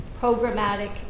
programmatic